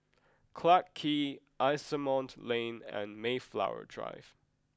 Clarke Quay Asimont Lane and Mayflower Drive